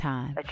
Time